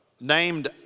named